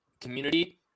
community